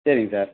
சரிங்க சார்